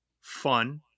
fun